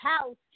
House